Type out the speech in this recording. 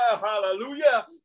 hallelujah